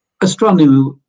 astronomy